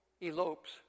Elopes